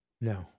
No